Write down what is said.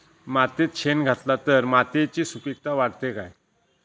मातयेत शेण घातला तर मातयेची सुपीकता वाढते काय?